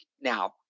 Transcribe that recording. now